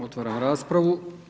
Otvaram raspravu.